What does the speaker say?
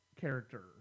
character